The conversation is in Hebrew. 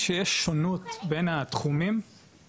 בחלוקה הזאת בין העובדים,